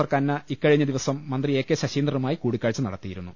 ഖന്ന ഇക്കഴിഞ്ഞ ദിവസം മന്ത്രി എ കെ ശശീ ന്ദ്രനുമായി കൂടിക്കാഴ്ച നടത്തിയിരുന്നു